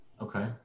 Okay